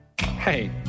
Hey